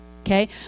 Okay